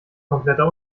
kompletter